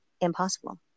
impossible